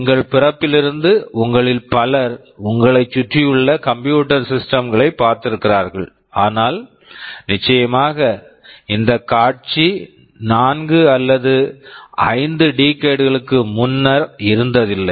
எங்கள் பிறப்பிலிருந்து உங்களில் பலர் உங்களைச் சுற்றியுள்ள கம்ப்யூட்டர் சிஸ்டம்ஸ் computer systems களைப் பார்த்திருக்கிறார்கள் ஆனால் நிச்சயமாக இந்த காட்சி 4 அல்லது 5 டீக்கேட் decade ளுக்கு முன்னர் இருந்ததில்லை